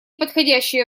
подходящее